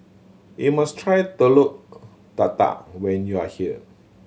you must try Telur Dadah when you are here